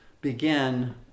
begin